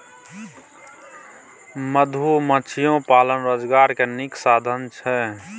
मधुमाछियो पालन रोजगार के नीक साधन छइ